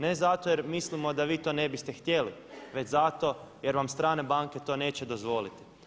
Ne zato jer mislimo da vi to ne biste htjeli, već zato jer vam strane banke to neće dozvoliti.